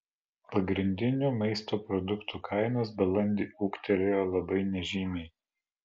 pagrindinių maisto produktų kainos balandį ūgtelėjo labai nežymiai